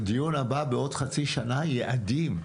לדיון הבא בעוד חצי שנה, יעדים,